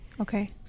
Okay